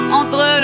entre